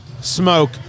smoke